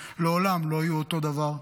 לעולם לא יהיו אותו הדבר,